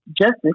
justice